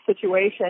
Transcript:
situation